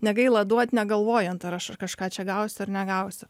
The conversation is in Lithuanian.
negaila duot negalvojant ar aš kažką čia gausiu ar negausiu